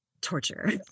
torture